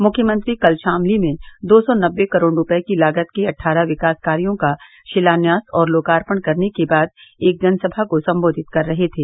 मुख्यमंत्री कल शामली में दो सौ नबे करोड़ रूपये की लागत के अट्ठारह विकास कार्यों का शिलान्यास और लोकार्पण करने के बाद एक जनसभा को संबोधित कर रहे थे